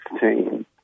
team